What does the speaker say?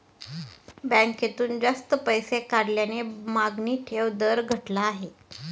बँकेतून जास्त पैसे काढल्याने मागणी ठेव दर घटला आहे